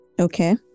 Okay